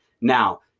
Now